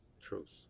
truth